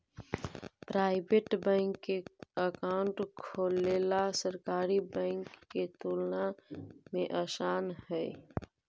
private bank में account खोलेला सरकारी बैंक के तुलना में आसान हइ